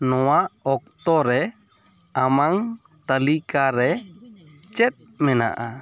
ᱱᱚᱶᱟ ᱚᱠᱛᱚ ᱨᱮ ᱟᱢᱟᱝ ᱛᱟᱹᱞᱤᱠᱟ ᱨᱮ ᱪᱮᱫ ᱢᱮᱱᱟᱜᱼᱟ